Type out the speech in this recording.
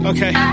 Okay